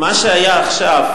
מה שהיה עכשיו,